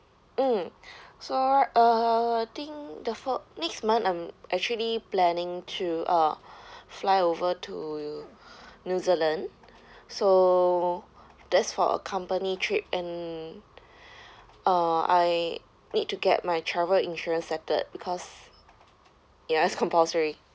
mm so uh I think the for next month I'm actually planning to uh fly over to new zealand so that's for a company trip and uh I need to get my travel insurance settled because it is compulsory